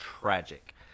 tragic